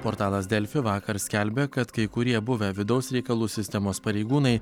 portalas delfi vakar skelbė kad kai kurie buvę vidaus reikalų sistemos pareigūnai